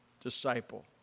disciple